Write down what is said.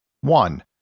one